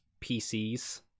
PCs